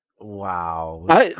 wow